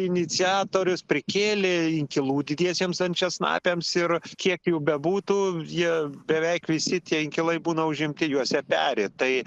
iniciatorius prikėlė inkilų didiesiems ančiasnapiams ir kiek jų bebūtų jie beveik visi tie inkilai būna užimti juose peri tai